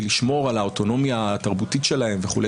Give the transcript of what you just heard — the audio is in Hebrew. לשמור על האוטונומיה התרבותית שלהם וכו'.